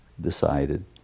decided